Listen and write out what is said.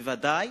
בוודאי